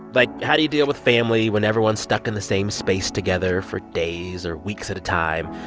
like, how do you deal with family when everyone's stuck in the same space together for days or weeks at a time?